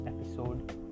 episode